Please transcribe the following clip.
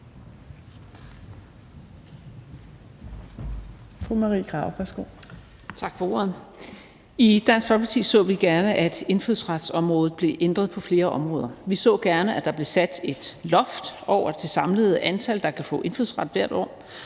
I Dansk Folkeparti så vi gerne, at indfødsretsområdet blev ændret på flere områder. Vi så gerne, at der blev sat et loft over det samlede antal, der kan få indfødsret hvert år.